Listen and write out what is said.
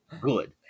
good